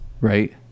right